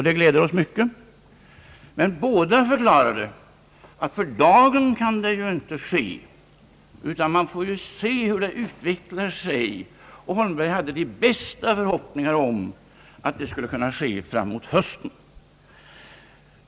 Det gläder oss mycket, men båda förklarade att det ju inte kan ske för dagen, utan man får se hur utvecklingen blir, och herr Holmberg hade de bästa förhoppningar om att det skulle kunna ske framemot hösten.